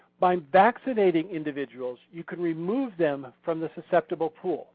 by vaccinating individuals you can remove them from the susceptible pool